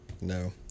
no